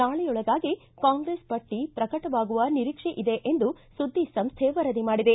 ನಾಳೆಯೊಳಗಾಗಿ ಕಾಂಗ್ರೆಸ್ ಪಟ್ಟಿ ಪ್ರಕಟವಾಗುವ ನಿರೀಕ್ಷೆ ಇದೆ ಎಂದು ಸುದ್ದಿ ಸಂಸ್ಟೆ ವರದಿ ಮಾಡಿದೆ